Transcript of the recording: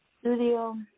studio